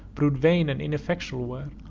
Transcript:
prov'd vain, and ineffectual were,